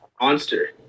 monster